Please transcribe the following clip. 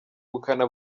ubukana